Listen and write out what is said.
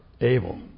able